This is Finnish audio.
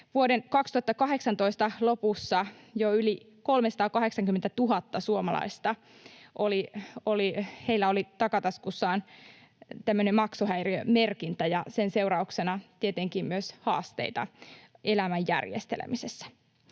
Vuoden 2018 lopussa jo yli 380 000 suomalaisella oli takataskussaan maksuhäiriömerkintä ja sen seurauksena tietenkin myös haasteita elämän järjestelemisessä.